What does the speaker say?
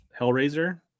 hellraiser